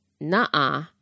nah